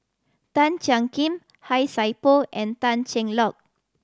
Tan Jiak Kim Han Sai Por and Tan Cheng Lock